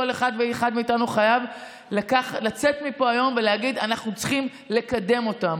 כל אחד ואחד מאתנו חייב לצאת מפה היום ולהגיד: אנחנו צריכים לקדם אותן.